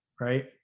right